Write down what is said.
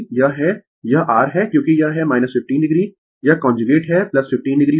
यह है यह r है क्योंकि यह है 15 o यह कांजुगेट है 15 o होगा